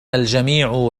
الجميع